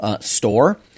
store